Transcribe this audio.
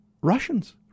Russians